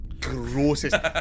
grossest